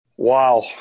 Wow